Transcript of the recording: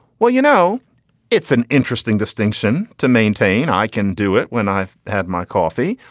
well you know it's an interesting distinction to maintain. i can do it when i've had my coffee.